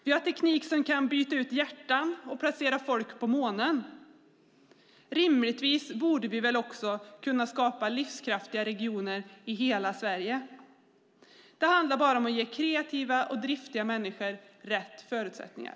Vi har teknik som kan byta ut hjärtan och placera folk på månen. Rimligtvis borde vi väl också kunna skapa livskraftiga regioner i hela Sverige. Det handlar om att ge kreativa och driftiga människor rätt förutsättningar.